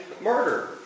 murder